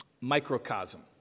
microcosm